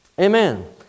Amen